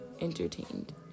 entertained